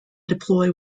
deploy